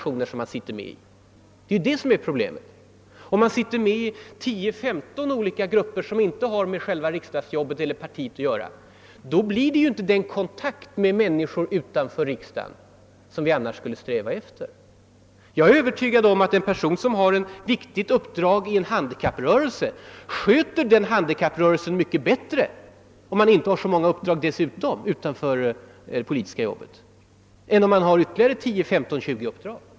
Om man sitter med i tio, femton olika grupper och styrelser som inte har med riksdagsarbetet eller partiet att göra, får man inte den kontakt med människor utanför riksdagen som man skulle sträva efter. Jag är övertygad om att en person som har ett viktigt uppdrag i en handikapprörelse sköter det uppdraget mycket bättre om han inte har så många uppdrag utöver det politiska än om han har ytterligare tio femton uppdrag.